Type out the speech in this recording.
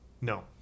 No